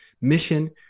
mission